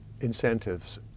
incentives